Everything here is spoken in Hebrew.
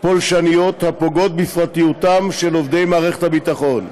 פולשניות הפוגעות בפרטיותם של עובדי מערכת הביטחון.